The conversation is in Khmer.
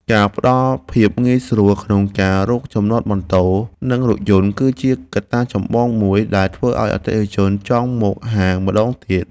ការផ្តល់ភាពងាយស្រួលក្នុងការរកចំណតម៉ូតូ និងរថយន្ត គឺជាកត្តាចម្បងមួយដែលធ្វើឱ្យអតិថិជនចង់មកហាងម្តងទៀត។